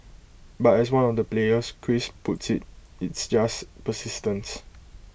but as one of the players Chris puts IT it's just persistence